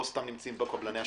לא סתם נמצאים פה קבלני השיפוצים.